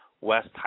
West